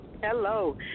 Hello